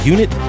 Unit